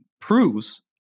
proves